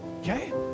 Okay